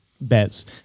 bets